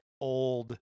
old